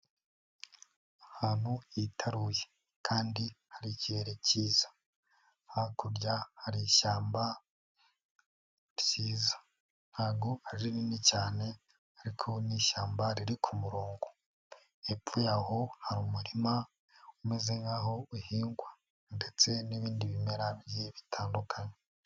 Ahantu hitaruye kandi hari ikirere cyiza, hakurya hari ishyamba ryiza, ntago ari rinini cyane ariko ni ishyamba riri ku murongo, hepfo yaho hari umurima, umeze nk'aho uhingwa ndetse n'ibindi bimera bigiye bitandukanye.